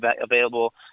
available